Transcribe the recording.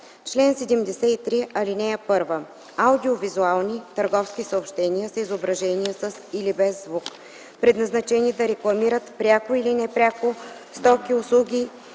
„Чл. 73. (1) Аудио-визуални търговски съобщения са изображения със или без звук, предназначени да рекламират, пряко или непряко, стоки, услуги